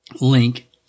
link